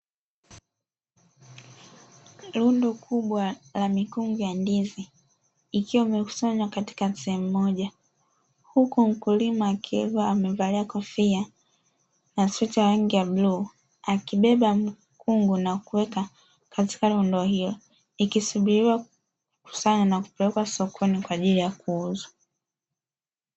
Rundo kubwa la mikungu ya ndizi, ikiwa imekusanywa katika sehemu moja. Huku mkulima akiwa amevalia kofia na sweta la rangi ya bluu, akibeba mkungu na kuweka katika rundo hilo, ikisubiriwa kukusanywa na kupeleka sokoni kwa ajili ya kuuza.